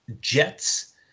Jets